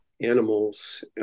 animals